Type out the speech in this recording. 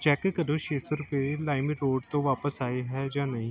check ਕਰੋ ਛੇ ਸੌ ਰੁਪਏ ਲਾਈਮਰੋਡ ਤੋਂ ਵਾਪਸ ਆਏ ਹੈ ਜਾਂ ਨਹੀਂ